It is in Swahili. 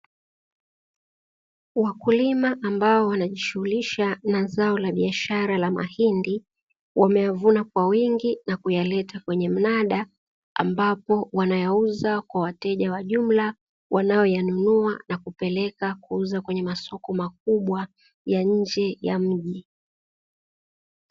Wakulima ambao wanajishughulisha na zao la biashara la mahindi, wameyavuna kwa wingi na kuyaleta kwenye mnada, ambapo wanayauza kwa wateja wa jumla, wanaoyanunua na kupeleka kuuza kwenye masoko makubwa ya nje ya mji.